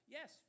Yes